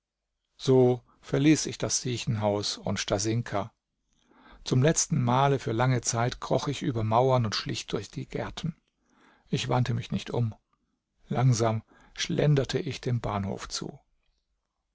so verließ ich das siechenhaus und stasinka zum letzten male für lange zeit kroch ich über mauern und schlich durch die gärten ich wandte mich nicht um langsam schlenderte ich dem bahnhof zu